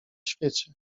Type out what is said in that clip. świecie